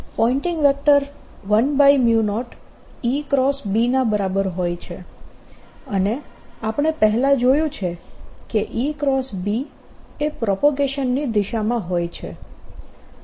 Poynting vector 10EB ના બરાબર હોય છે અને આપણે પહેલા જોયું છે કે EB એ પ્રોપગેશન ની દિશામાં હોય છે